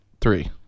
Three